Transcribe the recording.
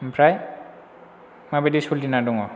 ओमफ्राय माबायदि सलिनानै दङ